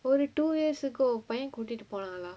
ஒரு:oru two years ago பைய கூட்டிட்டு போனா:paiya kootittu ponaa lah